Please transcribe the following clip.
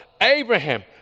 Abraham